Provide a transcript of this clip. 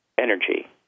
energy